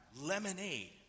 lemonade